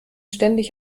ständig